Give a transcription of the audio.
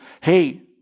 hey